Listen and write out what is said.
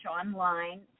online